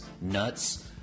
nuts